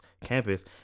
campus